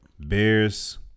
Bears